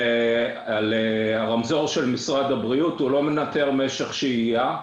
להגיד שהרמזור של משרד הבריאות לא מנטר משך שהייה,